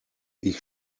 ich